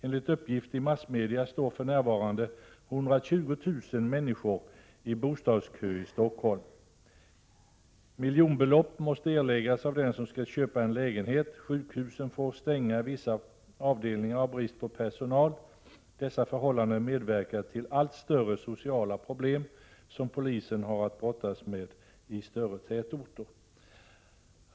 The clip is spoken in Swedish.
Enligt uppgift i massmedia står för närvarande 120 000 människor i bostadskö i Stockholm. Miljonbelopp måste erläggas av den som skall köpa en lägenhet. Sjukhusen får stänga vissa avdelningar av brist på personal. Dessa förhållanden medverkar till allt större sociala problem, som polisen har att brottas med i större tätorter.